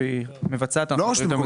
הולכים ונותנים